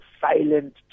silent